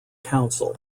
council